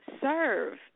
serve